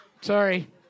sorry